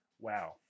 wow